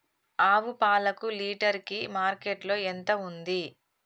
ఆవు పాలకు లీటర్ కి మార్కెట్ లో ఎంత ఉంది?